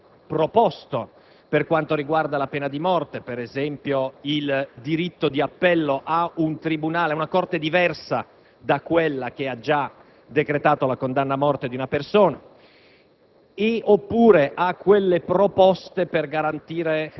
Mi riferisco a quanto è stato proposto, per quanto riguarda la pena di morte, ad esempio per il diritto di appello a un tribunale, ad una corte diversa da quella che ha già decretato la condanna a morte di una persona;